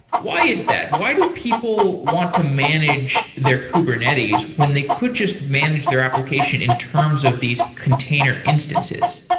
why is that? why do people want to manage their kubernetes when they could just manage their application in terms of these container instances?